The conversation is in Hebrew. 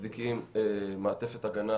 מצדיקים מעטפת הגנה